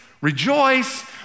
Rejoice